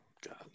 God